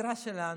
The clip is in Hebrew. השגרה שלנו.